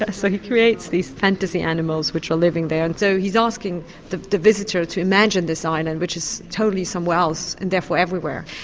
ah so he creates these fantasy animals which are living there. and so he's asking the the visitor to imagine this island which is totally somewhere else and therefore everywhere.